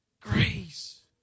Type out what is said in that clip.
Grace